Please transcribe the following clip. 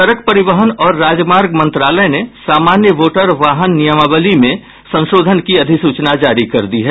सड़क परिवहन और राजमार्ग मंत्रालय ने सामान्य मोटर वाहन नियमावली में संशोधन की अधिसूचना जारी कर दी है